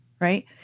Right